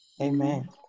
Amen